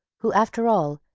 who, after all,